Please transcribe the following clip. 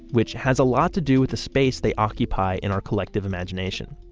which has a lot to do with the space they occupy in our collective imagination.